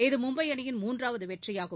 இது மும்பை அணியின் நான்காவது வெற்றியாகும்